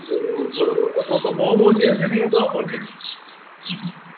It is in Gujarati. બરાબર બરાબર તો તો બહુ મોટી હશે ને એ તો અમૂલ ડેરી